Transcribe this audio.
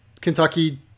kentucky